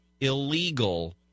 illegal